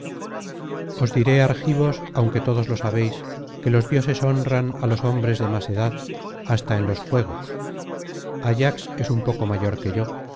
diré argivos aunque todos lo sabéis que los dioses honran á los hombres de más edad hasta en los juegos ayax es un poco mayor que yo